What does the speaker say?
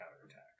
counterattack